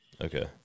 Okay